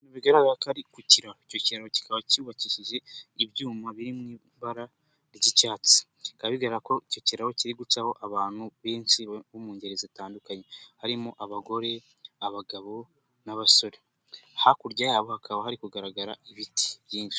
Bigaragara ko ari ku kiraro icyo kiraro kikaba cyubakishije ibyuma biri mu ibara ry'icyatsi bikaba bigaragara ko icyo kiraro kiri gucaho abantu benshi bo mu ngeri zitandukanye harimo abagore, abagabo n'abasore hakurya yabo hakaba hari kugaragara ibiti byinshi.